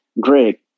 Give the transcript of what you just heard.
Greg